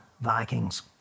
Vikings